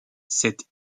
cette